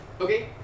Okay